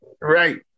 Right